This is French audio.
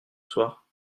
soir